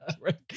right